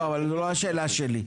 לא, אבל זה לא השאלה שלי.